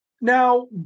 Now